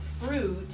fruit